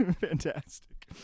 fantastic